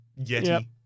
yeti